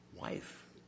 wife